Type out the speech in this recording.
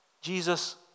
Jesus